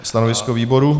Stanovisko výboru?